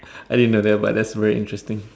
I didn't know that but that's very interesting